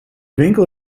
winkel